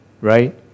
Right